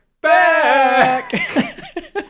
back